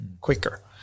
quicker